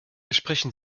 sprechen